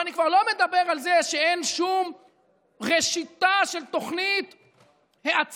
ואני כבר לא מדבר על זה שאין שום ראשיתה של תוכנית האצה,